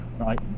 right